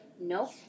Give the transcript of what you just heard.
Nope